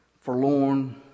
forlorn